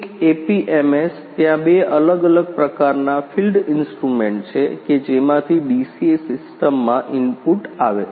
એક એપીએમએસ ત્યાં બે અલગ અલગ પ્રકારનાં ફીલ્ડ ઇન્સ્ટ્રુમેન્ટ છે કે જેમાંથી ડીસીએ સિસ્ટમ્સમાં ઇનપુટ્સ આવે છે